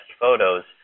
photos